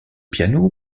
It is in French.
piano